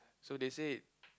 so they said